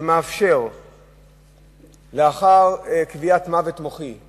שמאפשר לבית-חולים, לאחר קביעת מוות מוחי,